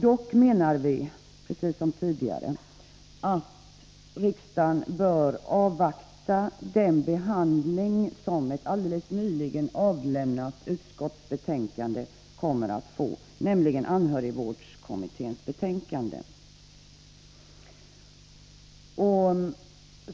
Vi menar dock, precis som tidigare, att riksdagen bör avvakta den behandling som ett alldeles nyligen avlämnat utredningsbetänkande kommer att få, nämligen anhörigvårdskommitténs betänkande.